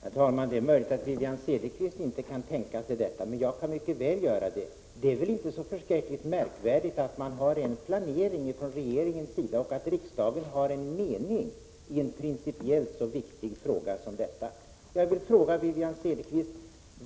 Herr talman! Det är möjligt att Wivi-Anne Cederqvist inte kan tänka sig detta, men jag kan mycket väl göra det. Det är väl inte så märkvärdigt att man har en planering från regeringens sida och riksdagen har en mening i en principiellt så viktig fråga. Jag vill fråga Wivi-Anne Cederqvist: